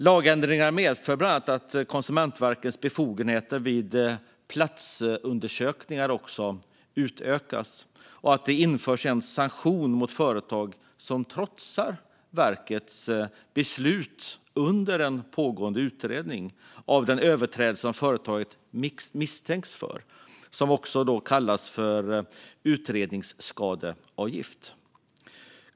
Lagändringarna medför bland annat att Konkurrensverkets befogenheter vid platsundersökningar utökas. Det införs också en sanktion mot företag som trotsar verkets beslut under pågående utredning av den överträdelse som företaget misstänks för, vilket kallas utredningsskadeavgift.